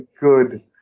good